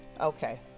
Okay